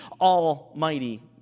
Almighty